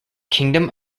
kingdom